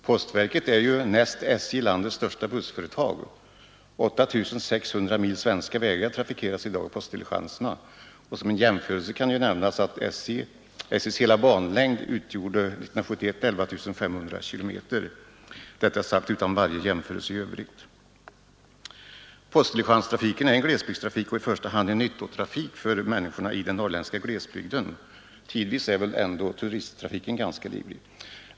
Postverket är näst SJ landets största bussföretag — 8 600 km svenska vägar trafikeras i dag av postdiligenserna. Som jämförelse kan nämnas att SJ:s hela banlängd år 1971 var 11 500 km — detta sagt utan någon jämförelse i övrigt. Postdiligenstrafiken är en glesbygdstrafik och i första hand en nyttotrafik för människorna i den norrländska glesbygden. Tidvis är dock turisttrafiken ganska livlig.